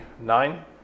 nine